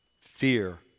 Fear